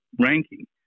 ranking